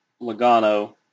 Logano